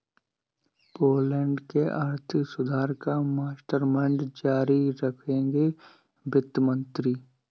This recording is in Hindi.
पोलैंड के आर्थिक सुधार का मास्टरमाइंड जारी रखेंगे वित्त मंत्री